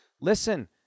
Listen